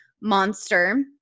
monster